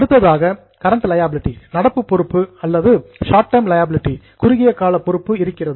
அடுத்ததாக current liability நடப்பு பொறுப்பு அல்லது ஷார்ட் டெர்ம் லியாபிலிடீ குறுகிய கால பொறுப்பு இருக்கிறது